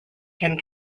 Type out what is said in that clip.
can